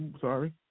Sorry